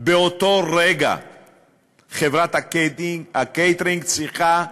באותו רגע חברת הקייטרינג צריכה להיסגר,